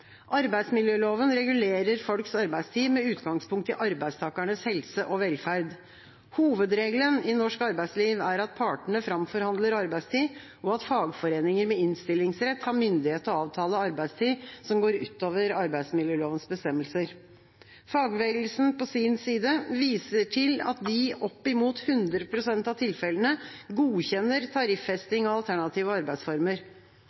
Arbeidsmiljøloven regulerer folks arbeidstid, med utgangspunkt i arbeidstakernes helse og velferd. Hovedregelen i norsk arbeidsliv er at partene framforhandler arbeidstid, og at fagforeninger med innstillingsrett har myndighet til å avtale arbeidstid som går utover arbeidsmiljølovens bestemmelser. Fagbevegelsen på sin side viser til at de i oppimot 100 pst. av tilfellene godkjenner